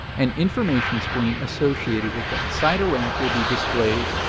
an information screen associated with that site or app will be displayed.